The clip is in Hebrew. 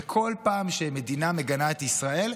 וכל פעם שמדינה מגנה את ישראל,